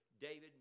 David